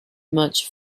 much